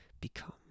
become